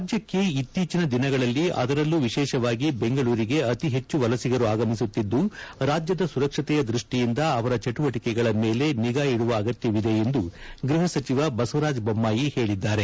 ರಾಜ್ಯಕ್ಕೆ ಇತ್ತೀಚಿನ ದಿನಗಳಲ್ಲಿ ಅದರಲ್ಲೂ ವಿಶೇಷವಾಗಿ ಬೆಂಗಳೂರಿಗೆ ಅತಿಹೆಚ್ಚು ವಲಸಿಗರು ಆಗಮಿಸುತ್ತಿದ್ದು ರಾಜ್ಯದ ಸುರಕ್ಷತೆಯ ದ್ಯಷ್ಟಿಯಿಂದ ಅವರ ಚಟುವಟಿಕೆಗಳ ಮೇಲೆ ನಿಗಾ ಇಡುವ ಅಗತ್ಯವಿದೆ ಎಂದು ಬಸವರಾಜ ಬೊಮ್ಮಾಯಿ ಹೇಳಿದ್ದಾರೆ